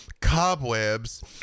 cobwebs